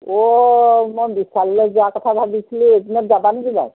অ মই বিশাললৈ যোৱাৰ কথা ভাবিছিলোঁ এইকেইদিনত যাবা নেকি বাৰু